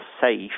safe